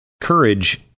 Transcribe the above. Courage